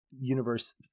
universe